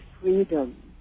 freedom